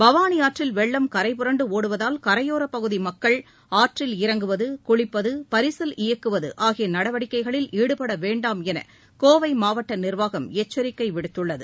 பவானி ஆற்றில் வெள்ளம் கரைப்புரண்டு ஒடுவதால் கரையோரப் பகுதி மக்கள் ஆற்றில் இறங்குவது குளிப்பது பரிசல் இயக்குவது ஆகிய நடவடிக்கைகளில் ஈடுபட வேண்டாம் என கோவை மாவட்ட நிர்வாகம் எச்சரிக்கை விடுத்துள்ளது